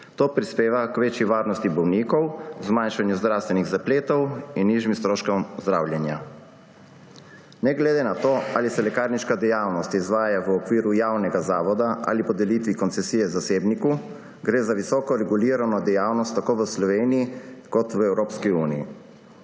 To prispeva k večji varnosti bolnikov, zmanjšanju zdravstvenih zapletov in nižjimi stroškom zdravljenja. Ne glede na to, ali se lekarniška dejavnost izvaja v okviru javnega zavoda ali podelitve koncesije zasebniku, gre za visoko regulirano dejavnost tako v Sloveniji kot v Evropski uniji.